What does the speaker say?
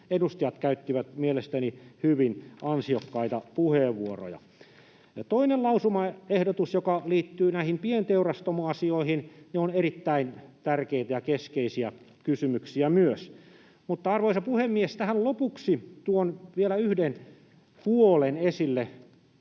edustajat käyttivät mielestäni hyvin ansiokkaita puheenvuoroja. Toinen lausumaehdotus liittyy näihin pienteurastamoasioihin, jotka ovat erittäin tärkeitä ja keskeisiä kysymyksiä myös. Mutta, arvoisa puhemies, tähän lopuksi tuon vielä esille